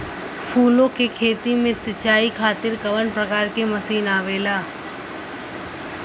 फूलो के खेती में सीचाई खातीर कवन प्रकार के मशीन आवेला?